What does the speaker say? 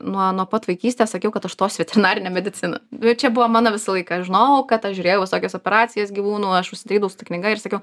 nuo nuo pat vaikystės sakiau kad aš stosiu veterinarinę mediciną bet čia buvo mano visą laiką aš žinojau kad aš žiūrėjau visokias operacijas gyvūnų aš užsidarydavau su ta knyga ir sakiau